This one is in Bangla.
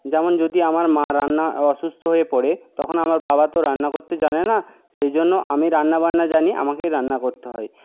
যেমন যদি আমার মা রান্না অসুস্থ হয়ে পড়ে তখন আমার বাবা তো রান্না করতে জানে না সেই জন্য আমি রান্নাবান্না জানি আমাকেই রান্না করতে হয়